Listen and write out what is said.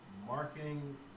Marketing